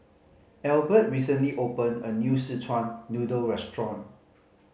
Albert recently opened a new Szechuan Noodle restaurant